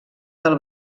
del